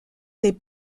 les